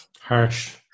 harsh